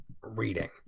reading